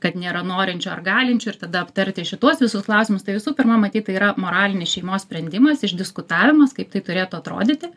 kad nėra norinčių ar galinčių ir tada aptarti šituos visus klausimus tai visų pirma matyt tai yra moralinis šeimos sprendimas išdiskutavimas kaip tai turėtų atrodyti